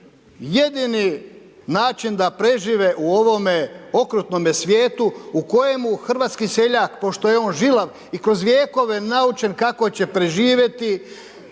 jedini način da prežive u ovome okrutnome svijetu, u kojemu hrvatski seljak, pošto je on žilav, i kroz vjekove naučen kako će preživjeti,